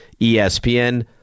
espn